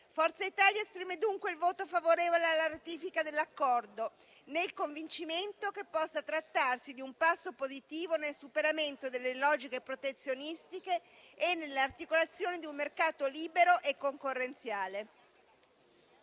Forza Italia esprime dunque il voto favorevole alla ratifica dell'Accordo, nel convincimento che possa trattarsi di un passo positivo nel superamento delle logiche protezionistiche e nell'articolazione di un mercato libero e concorrenziale.